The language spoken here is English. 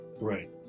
Right